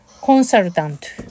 consultant